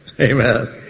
Amen